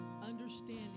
understanding